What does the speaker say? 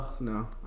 no